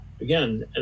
again